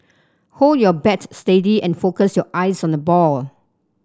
hold your bat steady and focus your eyes on the ball